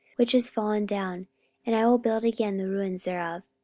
which is fallen down and i will build again the ruins thereof,